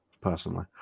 personally